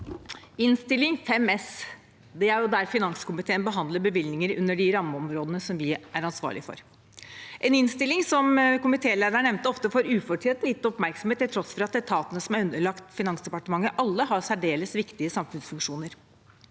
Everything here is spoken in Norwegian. Innst. 5 S er der finanskomiteen behandler bevilgninger under de rammeområdene vi er ansvarlige for. Det er en innstilling som, som komitélederen også nevnte, ofte får ufortjent lite oppmerksomhet, til tross for at etatene som er underlagt Finansdepartementet, alle har særdeles viktige samfunnsfunksjoner.